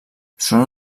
solen